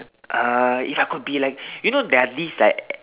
uh if I could be like you know there are these like